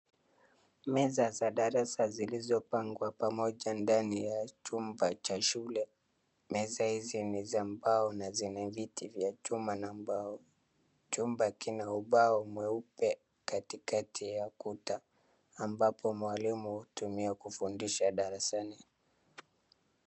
Meza za darasa zilizopangwa pamoja ndani ya chumba cha shule. Meza hizi ni za mbao na zina viti vya chuma na mbao. Chumba kina ubao mweupe katikati ya ukuta ambapo mwalimu hutumia kufundisha darasani.